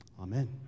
Amen